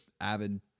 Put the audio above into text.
avid